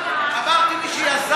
אמרתי שהוא לא היה?